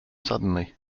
suddenly